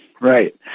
right